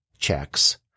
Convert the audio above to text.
checks